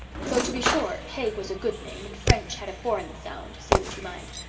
though, to be sure, haig was a good name and french had a foreign sound, say what you might.